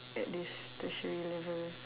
at this tertiary level